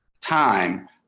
time